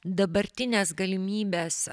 dabartinės galimybės